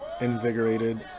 invigorated